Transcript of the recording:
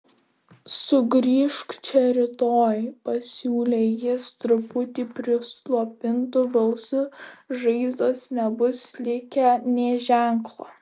sugrįžk čia rytoj pasiūlė jis truputį prislopintu balsu žaizdos nebus likę nė ženklo